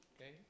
okay